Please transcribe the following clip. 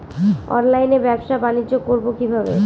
অনলাইনে ব্যবসা বানিজ্য করব কিভাবে?